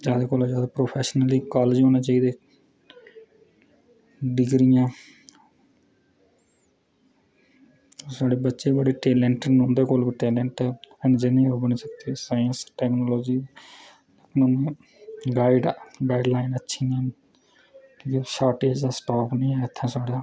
जादै कोला जादै प्रोफेशनल कॉलेज़ होना चाहिदे डिग्री नै साढ़े बच्चे बड़े टैलेंट न उंदे कोल बड़ा टैलेंट ऐ साईंस ते टेक्नोलॉज़ी गाइडलाईन अच्छी निं ते शार्टेज़ दा स्टाफ बी ऐ इत्थें साढ़ा